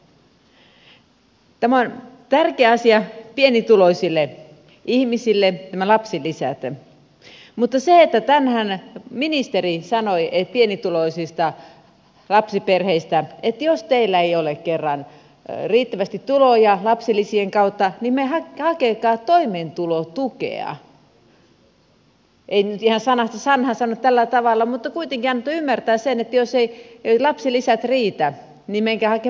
nämä lapsilisät ovat tärkeä asia pienituloisille ihmisille mutta tänään ministeri sanoi pienituloisista lapsiperheistä että jos teillä ei ole kerran riittävästi tuloja lapsilisien kautta niin hakekaa toimeentulotukea ei hän nyt ihan sanasta sanaan sanonut tällä tavalla mutta kuitenkin antoi ymmärtää että jos eivät lapsilisät riitä niin menkää hakemaan toimeentulotukea